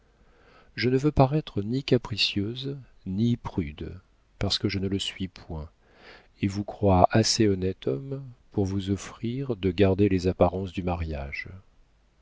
je ne veux paraître ni capricieuse ni prude parce que je ne le suis point et vous crois assez honnête homme pour vous offrir de garder les apparences du mariage